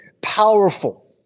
powerful